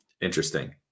interesting